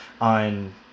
on